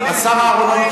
השר אהרונוביץ,